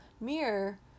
mirror